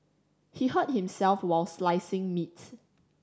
he hurt himself while slicing meats